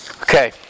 Okay